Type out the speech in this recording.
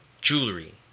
jewelry